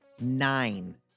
Nine